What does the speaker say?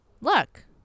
look